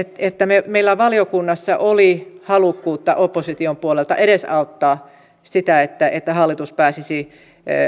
että meillä valiokunnassa oli halukkuutta opposition puolelta edesauttaa sitä että että hallitus pääsisi